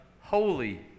holy